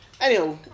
Anyhow